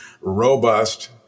robust